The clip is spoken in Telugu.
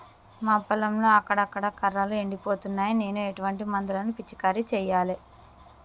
మా పొలంలో అక్కడక్కడ కర్రలు ఎండిపోతున్నాయి నేను ఎటువంటి మందులను పిచికారీ చెయ్యాలే?